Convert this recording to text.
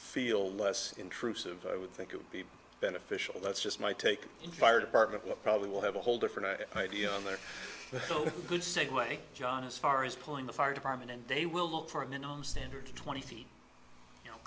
feel less intrusive i would think it would be beneficial that's just my take in fire department probably will have a whole different view and they're so good segue john as far as pulling the fire department and they will look for a minimum standard twenty feet you know